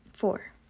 Four